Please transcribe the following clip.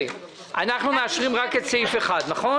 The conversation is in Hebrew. אנחנו מאשרים רק את סעיף 1, נכון?